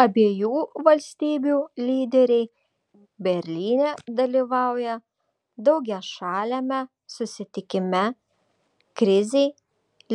abiejų valstybių lyderiai berlyne dalyvauja daugiašaliame susitikime krizei